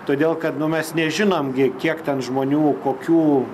todėl kad nu mes nežinom gi kiek ten žmonių kokių